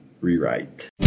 rewrite